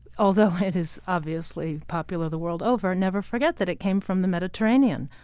although it is obviously popular the world over, never forget that it came from the mediterranean.